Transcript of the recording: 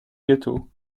gâteau